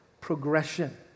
progression